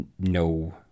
no